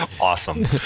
Awesome